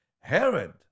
Herod